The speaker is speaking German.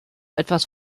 etwas